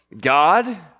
God